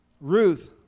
Ruth